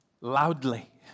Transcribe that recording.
loudly